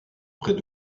près